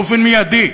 באופן מיידי.